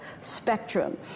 spectrum